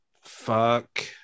Fuck